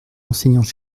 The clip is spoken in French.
enseignants